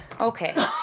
okay